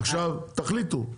עכשיו תחליטו.